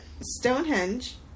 Stonehenge